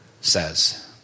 says